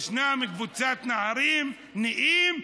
ישנה קבוצת נערים נאים,